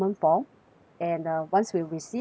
and uh once we receive